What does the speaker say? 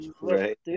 right